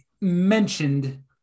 mentioned